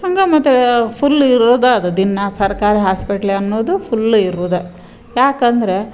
ಹಂಗೆ ಮತ್ತೆ ಫುಲ್ ಇರೋದೆ ಅದು ದಿನಾ ಸರ್ಕಾರಿ ಹಾಸ್ಪೆಟ್ಲ್ ಅನ್ನೋದು ಫುಲ್ಲು ಇರುದೆ ಯಾಕಂದ್ರೆ